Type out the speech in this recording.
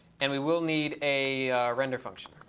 and we will need a render function.